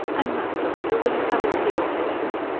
and now, doctor, will you come and see your patient?